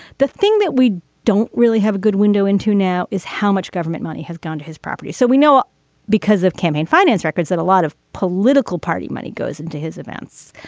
the thing that we don't really have a good window into now is how much government money has gone to his property. so we know because of campaign finance records that a lot of political party money goes into his events.